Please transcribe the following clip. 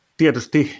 tietysti